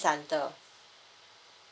centre